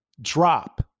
drop